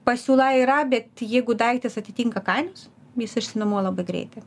pasiūla yra bet jeigu daiktas atitinka kainos jis išsinuomuoja labai greitai